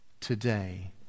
today